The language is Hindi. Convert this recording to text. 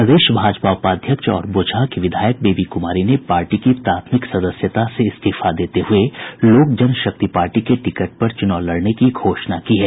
प्रदेश भाजपा उपाध्यक्ष और बोचहां की विधायक बेबी कुमारी ने पार्टी की प्राथमिक सदस्यता से इस्तीफा देते हुये लोक जनशक्ति पार्टी के टिकट पर चुनाव लड़ने की घोषणा की है